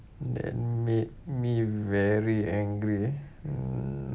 that made me very angry mm